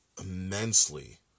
immensely